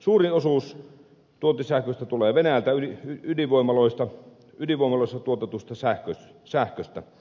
suurin osuus tuontisähköstä tulee venäjältä ydinvoimaloissa tuotetusta sähköstä